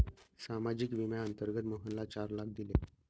सामाजिक विम्याअंतर्गत मोहनला चार लाख दिले